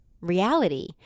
reality